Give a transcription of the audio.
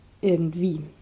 irgendwie